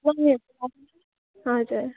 हजर